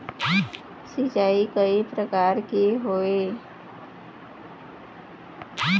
सिचाई कय प्रकार के होये?